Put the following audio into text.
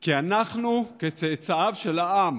כי אנחנו, כצאצאיו של העם